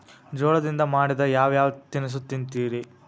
ಜೋಳದಿಂದ ಮಾಡಿದ ಯಾವ್ ಯಾವ್ ತಿನಸು ತಿಂತಿರಿ?